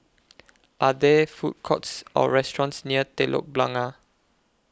Are There Food Courts Or restaurants near Telok Blangah